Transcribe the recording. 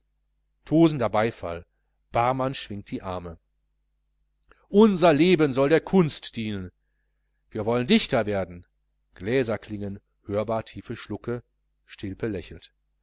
tosender beifall barmann schwingt die arme unser leben soll der kunst dienen wir wollen dichter werden gläserklingen hörbare tiefe schlucke